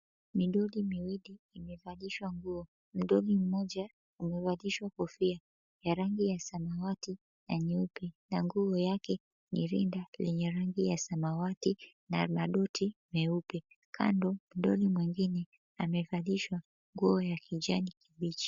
Midoli miwili imevalishwa nguo. Mdoli mmoja amevalishwa kofia ya rangi ya samawati na nyeupe na nguo yake ni rinda lenye rangi ya samawati na madoti meupe. Kando, mdoli mwengine amevalishwa nguo ya kijani kibichi.